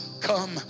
come